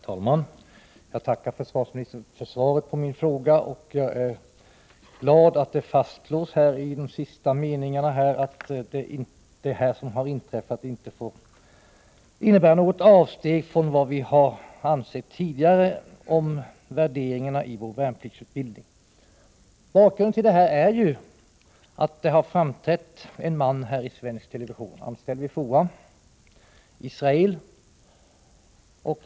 Herr talman! Jag tackar försvarsministern för svaret på min fråga. Jag är glad över att det i de sista meningarna i svaret slås fast att det inträffade inte innebär något avsteg från nu gällande värderingar i vår värnpliktsutbildning. Bakgrunden till frågan är att det framträtt en man från Israel anställd vid försvarets forskningsanstalt i svensk TV.